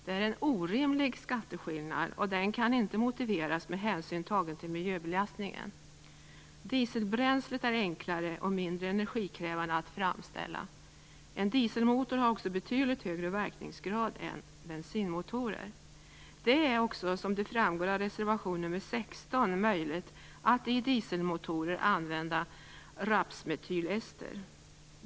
Det är en orimlig skatteskillnad, och den kan inte motiveras med hänsyn tagen till miljöbelastningen. Dieselbränslet är enklare och mindre energikrävande att framställa. En dieselmotor har också betydligt högre verkningsgrad än bensinmotorer. Det är också, som framgår av reservation nr 16, möjligt att i dieselmotorer använda rapsmetylester.